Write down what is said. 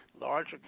larger